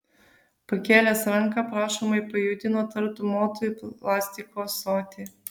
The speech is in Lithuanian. pakėlęs ranką prašomai pajudino tartum motų į plastiko ąsotį